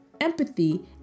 empathy